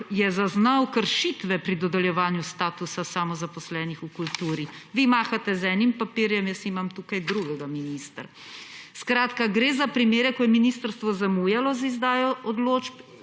je zaznal kršitve pri dodeljevanju statusa samozaposlenih v kulturi. Vi mahate z enim papirjem, jaz imam tukaj drugega, minister. Gre za primere, ko je ministrstvo zamujalo z izdajo odločb